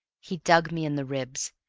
he dug me in the ribs,